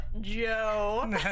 Joe